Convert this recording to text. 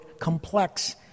complex